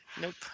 Nope